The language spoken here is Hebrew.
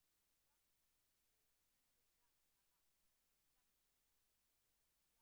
אבל אחרי הקריאה הראשונה הקואליציה הזאת מעכבת את הצעת החוק,